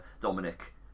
Dominic